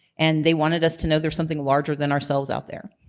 and they wanted us to know there's something larger than ourselves out there.